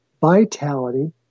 vitality